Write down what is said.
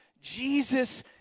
Jesus